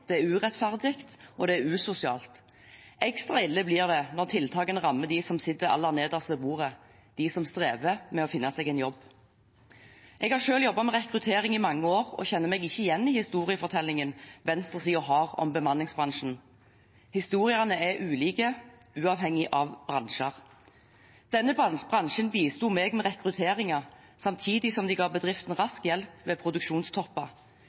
det er urettferdig, og det er usosialt. Ekstra ille blir det når tiltakene rammer dem som sitter aller nederst ved bordet, de som strever med å finne seg en jobb. Jeg har selv jobbet med rekruttering i mange år og kjenner meg ikke igjen i historiefortellingen venstresiden har om bemanningsbransjen. Historiene er ulike, uavhengig av bransjer. Denne bransjen bisto meg med rekrutteringer samtidig som de ga bedriftene rask hjelp ved